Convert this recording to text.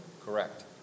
Correct